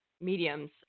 mediums